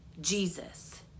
Jesus